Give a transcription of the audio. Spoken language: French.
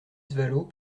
vallaud